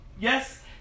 Yes